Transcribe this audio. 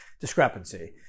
discrepancy